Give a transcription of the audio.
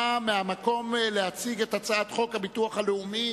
נא להציג מהמקום את הצעת חוק הביטוח הלאומי